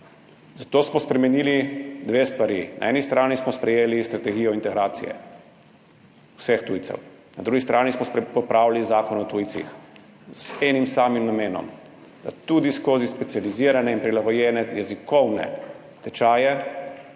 Zato smo spremenili dve stvari: na eni strani smo sprejeli Strategijo integracije vseh tujcev, na drugi strani smo popravili Zakon o tujcih z enim samim namenom, da tudi skozi specializirane in prilagojene jezikovne tečaje